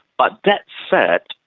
but that said,